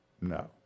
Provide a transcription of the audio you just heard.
No